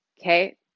Okay